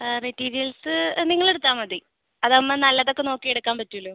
materials നിങ്ങൾ എടുത്താൽ മതി അതാവുമ്പോൾ നല്ലതൊക്കെ നോക്കി എടുക്കാൻ പറ്റുമല്ലോ